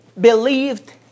believed